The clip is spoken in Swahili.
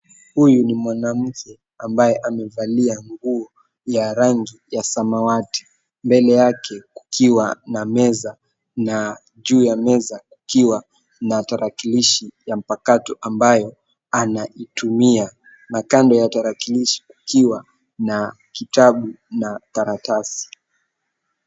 Huyu ni mwanamke ambaye amevalia nguo ya rangi ya samawati. Mbele yake kukiwa na meza na juu ya meza kukiwa na tarakilishi ya mpakato ambayo anaitumia na kando ya tarakilishi kukiwa na kitabu na karatasi.